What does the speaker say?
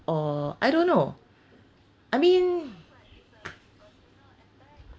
or I don't know I mean